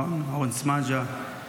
אורן סמדג'ה.